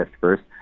first